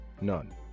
None